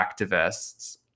activists